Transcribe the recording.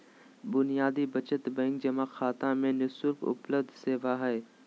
बुनियादी बचत बैंक जमा खाता में नि शुल्क उपलब्ध सेवा हइ